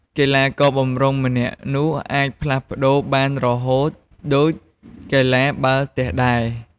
កីឡាករបម្រុងម្នាក់នោះអាច ផ្លាស់ប្ដូរបានរហូតដូចកីឡាបាល់ទះដែរ ។